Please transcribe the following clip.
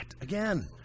again